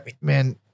man